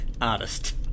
Artist